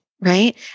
Right